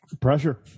pressure